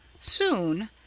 Soon